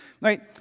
right